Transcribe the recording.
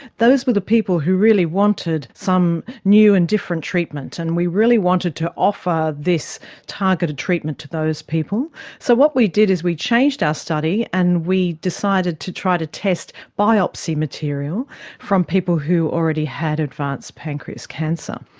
those were the people who really wanted some new and different treatment, and we really wanted to offer this targeted treatment to those people. so what we did is we changed our study and we decided to try to test biopsy material from people who already had advanced pancreas cancer.